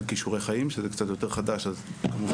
כישורי חיים שזה קצת יותר חדש אז כמובן.